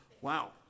Wow